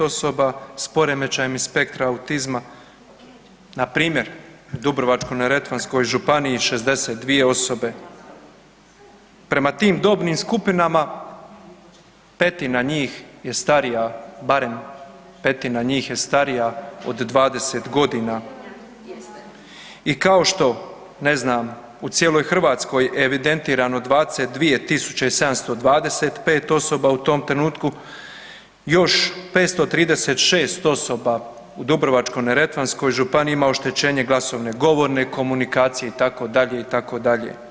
osoba s poremećajem iz spektra autizma, npr. u Dubrovačko-neretvanskoj županiji 62 osobe prema tim dobnim skupinama petina njih je starija, barem petina njih je starija od 20 godina i kao što, ne znam, u cijeloj Hrvatskoj evidentirano 22 725 osoba u tom trenutku, još 536 osoba u Dubrovačko-neretvanskoj županiji ima oštećenje glasovne-govorne komunikacije, itd., itd.